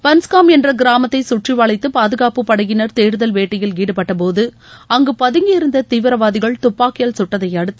பன்ஸ்காம் என்ற கிராமத்தை சுற்றிவளைத்து பாதுகாப்புப் படையினர் தேடுதல் வேட்டையில் ஈடுபட்டபோது அங்கு பதுங்கியிருந்த தீவிரவாதிகள் துப்பாக்கியால் சுட்டதையடுத்து